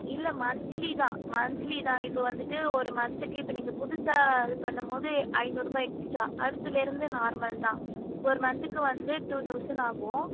இல்லை மந்த்லி தான் மந்த்லி தான் இப்போ வந்துட்டு ஒரு மந்த்துக்கு இப்போ நீங்கள் புதுசாக இது பண்ணும்போது ஐந்நூறுபா எக்ஸ்ட்டா அடுத்ததுலேருந்து நார்மல் தான் ஒரு மந்த்துக்கு வந்து டூ தௌசண்ட் ஆகும்